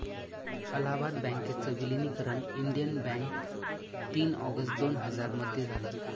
अलाहाबाद बँकेच विलनीकरण Indian bank तीन ऑगस्ट दोन हजार मध्ये झालं